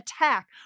attack